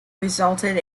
resulted